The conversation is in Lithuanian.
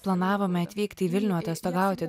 planavome atvykti į vilnių atostogauti